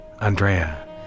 Andrea